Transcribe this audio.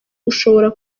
ushobora